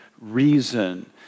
reason